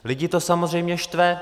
Lidi to samozřejmě štve.